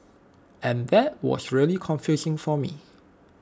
and that was really confusing for me